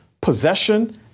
possession